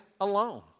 alone